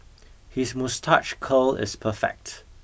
his moustache curl is perfect